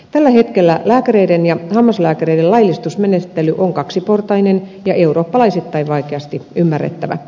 tällä hetkellä lääkäreiden ja hammaslääkäreiden laillistusmenettely on kaksiportainen ja eurooppalaisittain vaikeasti ymmärrettävä